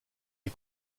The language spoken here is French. est